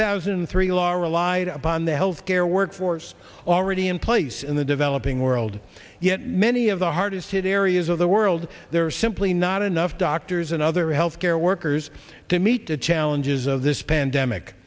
thousand and three law relied upon the health care workforce already in place in the developing world yet many of the hardest hit areas of the world there are simply not enough doctors and other health care workers to meet the challenges of this pandemic